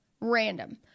Random